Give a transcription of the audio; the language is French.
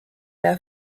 l’ai